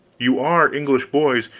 you are english boys,